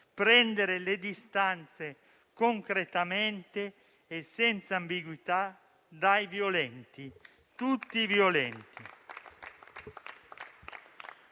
prendere le distanze concretamente e senza ambiguità dai violenti, tutti i violenti.